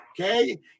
okay